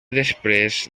després